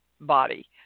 body